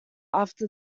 after